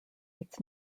its